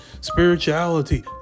spirituality